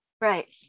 Right